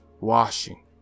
washing